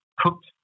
cooked